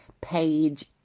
Page